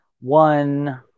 one